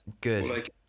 Good